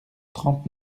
trente